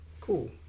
cool